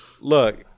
Look